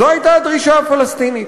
זו הייתה הדרישה הפלסטינית.